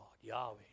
Yahweh